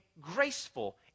graceful